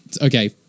Okay